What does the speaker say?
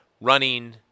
running